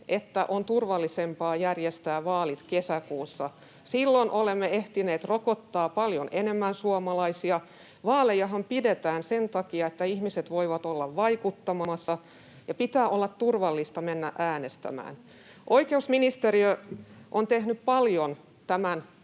että on turvallisempaa järjestää vaalit kesäkuussa. Silloin olemme ehtineet rokottaa paljon enemmän suomalaisia. Vaalejahan pidetään sen takia, että ihmiset voivat olla vaikuttamassa, ja pitää olla turvallista mennä äänestämään. Oikeusministeriö on tehnyt paljon tämän